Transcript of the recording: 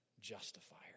justifier